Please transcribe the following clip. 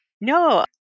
No